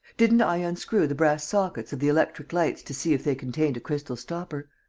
didn't i unscrew the brass sockets of the electric lights to see if contained a crystal stopper?